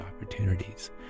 opportunities